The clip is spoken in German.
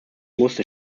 musste